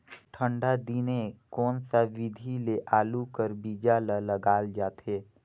ठंडा दिने कोन सा विधि ले आलू कर बीजा ल लगाल जाथे?